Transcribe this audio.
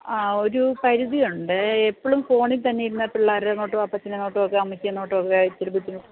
ആ ഒരു പരിധിയുണ്ട് എപ്പോഴും ഫോണില് തന്നെ ഇരുന്നാല് പിള്ളാരങ്ങോട്ടും അപ്പച്ചനങ്ങോട്ടുമൊക്കെ അമ്മച്ചിയെങ്ങോട്ടുമൊക്കെയായി ഇത്തിരി ബുദ്ധിമുട്ട്